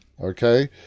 Okay